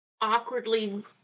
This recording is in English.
awkwardly